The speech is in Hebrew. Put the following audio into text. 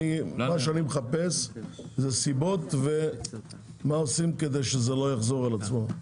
אני מחפש סיבות ומה עושים כדי שזה לא יחזור על עצמו.